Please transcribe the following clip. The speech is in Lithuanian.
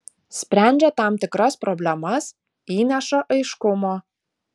sprendžia tam tikras problemas įneša aiškumo